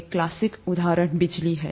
एक क्लासिक उदाहरण बिजली है